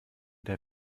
der